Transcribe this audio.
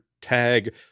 tag